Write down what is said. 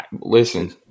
Listen